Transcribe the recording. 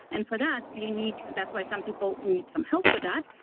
and for that you need, that's why some people need some help with that.